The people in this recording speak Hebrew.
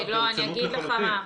אני אגיד לך מה,